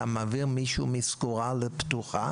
אתה מעביר מישהו מסגורה לפתוחה